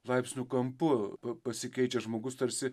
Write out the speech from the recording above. laipsnių kampu pasikeičia žmogus tarsi